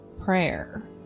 prayer